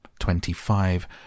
Twenty-five